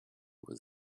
was